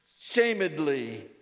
shamedly